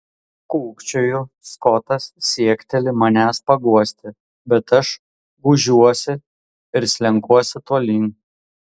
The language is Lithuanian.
kūkčioju skotas siekteli manęs paguosti bet aš gūžiuosi ir slenkuosi tolyn